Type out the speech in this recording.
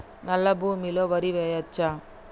నల్లా భూమి లో వరి వేయచ్చా?